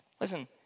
Listen